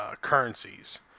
currencies